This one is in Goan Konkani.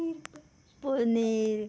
पनीर